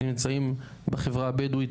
שנמצאים בחברה הבדואית,